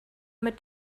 mit